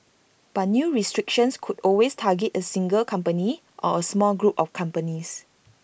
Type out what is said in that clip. but new restrictions could always target A single company or A small group of companies